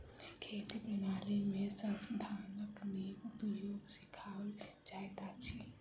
खेती प्रणाली में संसाधनक नीक उपयोग सिखाओल जाइत अछि